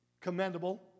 commendable